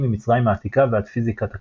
ממצרים העתיקה ועד פיזיקת הקוואנטים,